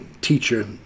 teacher